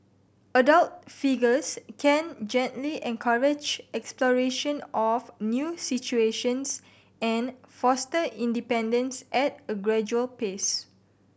adult figures can gently encourage exploration of new situations and foster independence at a gradual pace